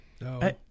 No